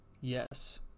Yes